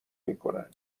میکنند